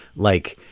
like,